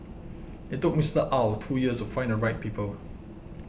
it took Mister Ow two years to find the right people